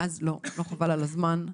אז לא, לא חבל על הזמן,